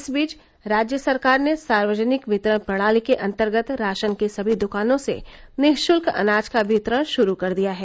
इस बीच राज्य सरकार ने सार्वजनिक वितरण प्रणाली के अंतर्गत राशन की सभी दुकानों से निःशुल्क अनाज का वितरण शुरू कर दिया है